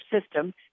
system